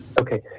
Okay